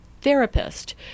therapist